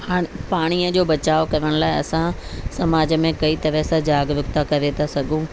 हाणे पाणीअ जो बचाव करण लाइ असां समाज में कई तरह सां जागरुकता करे था सघूं